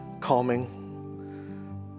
calming